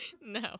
No